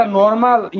normal